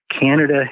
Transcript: Canada